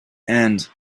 and